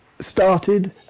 started